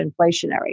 inflationary